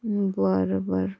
बरं बरं